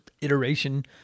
iteration